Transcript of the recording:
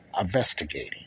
investigating